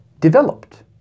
developed